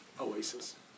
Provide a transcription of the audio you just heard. oasis